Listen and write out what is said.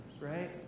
right